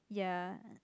ya